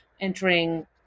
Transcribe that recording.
entering